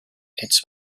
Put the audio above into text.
its